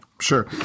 Sure